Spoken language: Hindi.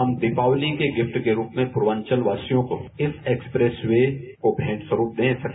इम दीपावली के गिफ्ट के रूप में पूर्वाचल वासियों को इस एक्सप्रेस वे के मेंट के रूप में दे सके